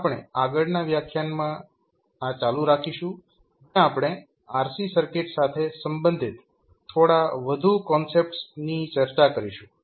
આપણે આ આગળના વ્યાખ્યાનમાં ચાલુ રાખીશું જ્યાં આપણે RC સર્કિટ્સ સાથે સંબંધિત થોડા વધુ કોન્સેપ્ટ્સ ની ચર્ચા કરીશું